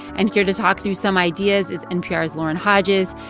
and here to talk through some ideas is npr's lauren hodges.